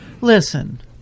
Listen